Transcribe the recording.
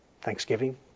Thanksgiving